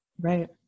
Right